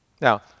Now